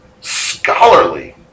scholarly